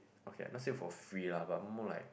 okay let's say for free lah but more like